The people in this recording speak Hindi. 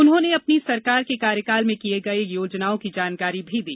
उन्होंने अपनी सरकार के कार्यकाल में किये गये योजनाओं की जानकारी भी दी